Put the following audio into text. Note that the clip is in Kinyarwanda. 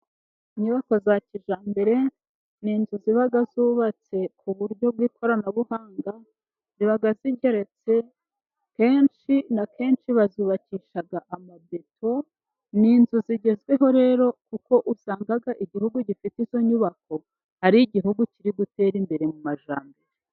Inyubako za kijyambere ni inzu ziba zubatse ku buryo bw'ikoranabuhanga, ziba zigeretse kenshi na kenshi bazubakisha amabeto. Ni inzu zigezweho rero kuko usanga igihugu gifite izo nyubako ari igihugu kiri gutera imbere mu majyambere.